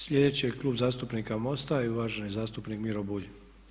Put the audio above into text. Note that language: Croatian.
Sljedeći je Klub zastupnika MOST-a i uvaženi zastupnik Miro Bulj.